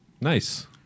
Nice